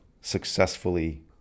successfully